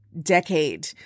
decade